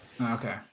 Okay